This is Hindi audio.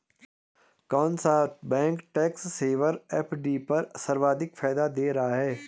कौन सा बैंक टैक्स सेवर एफ.डी पर सर्वाधिक फायदा दे रहा है?